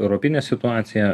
europinę situaciją